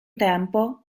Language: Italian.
tempo